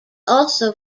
also